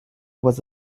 was